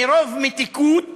מרוב מתיקות